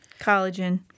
Collagen